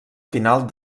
final